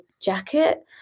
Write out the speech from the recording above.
jacket